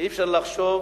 ואי-אפשר לחשוב